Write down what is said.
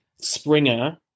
Springer